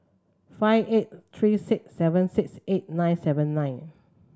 five eight three six seven six eight nine seven nine